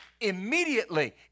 immediately